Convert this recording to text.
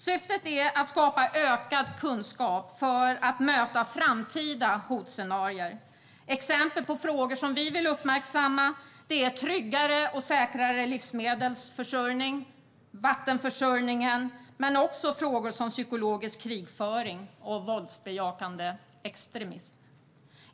Syftet är att skapa ökad kunskap för att kunna möta framtida hotscenarier. Exempel på frågor som vi vill uppmärksamma är tryggare och säkrare livsmedels och vattenförsörjning liksom frågor om psykologisk krigföring och våldsbejakande extremism.